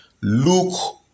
look